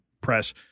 press